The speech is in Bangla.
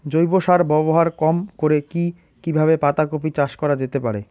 জৈব সার ব্যবহার কম করে কি কিভাবে পাতা কপি চাষ করা যেতে পারে?